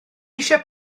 eisiau